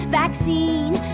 vaccine